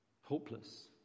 hopeless